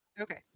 okay